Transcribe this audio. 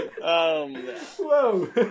Whoa